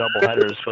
double-headers